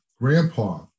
grandpa